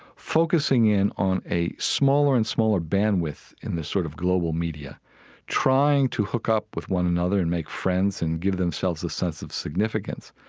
focusing in on a smaller and smaller bandwidth in this sort of global media trying to hook up with one another and make friends and give themselves a sense of significance.